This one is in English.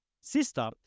sister